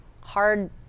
hard